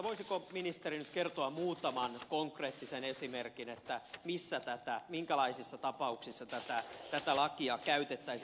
voisiko ministeri nyt kertoa muutaman konkreettisen esimerkin minkälaisissa tapauksissa tätä lakia käytettäisiin